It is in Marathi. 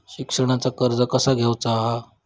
शिक्षणाचा कर्ज कसा घेऊचा हा?